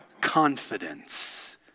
confidence